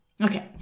Okay